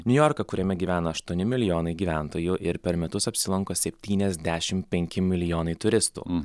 niujorką kuriame gyvena aštuoni milijonai gyventojų ir per metus apsilanko septyniasdešimt penki milijonai turistų